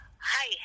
Hi